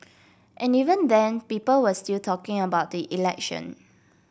and even then people were still talking about the election